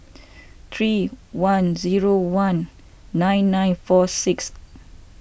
three one zero one nine nine four six